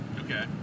Okay